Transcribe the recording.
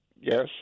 yes